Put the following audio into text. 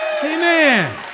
Amen